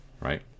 right